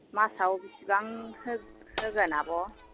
मासाव बेसेबां होगोन आब'